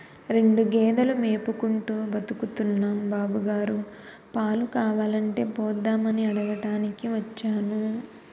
రెండు గేదెలు మేపుకుంటూ బతుకుతున్నాం బాబుగారు, పాలు కావాలంటే పోద్దామని అడగటానికి వచ్చాను